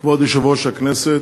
כבוד יושב-ראש הכנסת,